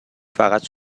فقط